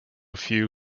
few